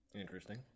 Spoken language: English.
interesting